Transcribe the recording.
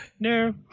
No